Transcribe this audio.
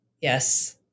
Yes